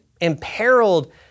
imperiled